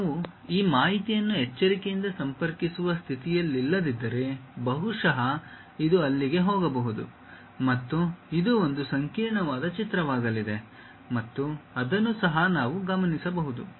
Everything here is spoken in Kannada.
ನಾವು ಈ ಮಾಹಿತಿಯನ್ನು ಎಚ್ಚರಿಕೆಯಿಂದ ಸಂಪರ್ಕಿಸುವ ಸ್ಥಿತಿಯಲ್ಲಿಲ್ಲದಿದ್ದರೆ ಬಹುಶಃ ಇದು ಅಲ್ಲಿಗೆ ಹೋಗಬಹುದು ಮತ್ತು ಇದು ಒಂದು ಸಂಕೀರ್ಣವಾದ ಚಿತ್ರವಾಗಲಿದೆ ಮತ್ತು ಅದನ್ನು ಸಹ ನಾವು ಗಮನಿಸಬಹುದು